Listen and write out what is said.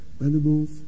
animals